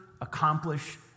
accomplish